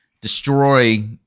destroy